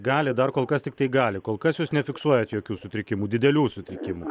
gali dar kol kas tiktai gali kol kas jūs nefiksuojat jokių sutrikimų didelių sutrikimų